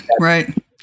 right